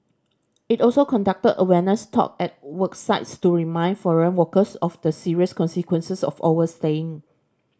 it also conducted awareness talk at work sites to remind foreign workers of the serious consequences of overstaying